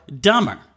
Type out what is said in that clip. dumber